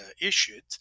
issued